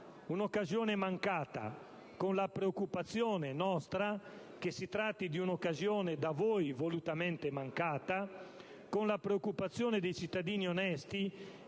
Un'occasione mancata con la preoccupazione (nostra) che si tratti di un'occasione da voi volutamente mancata, con la preoccupazione dei cittadini onesti